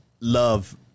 love